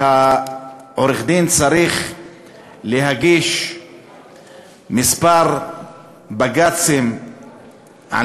ועורך-הדין צריך להגיש כמה בג"צים על